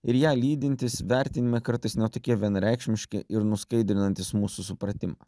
ir ją lydintys vertinimai kartais ne tokie vienareikšmiški ir nuskaidrinantys mūsų supratimą